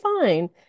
fine